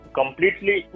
completely